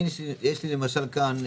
יש לי למשל כאן,